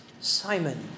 Simon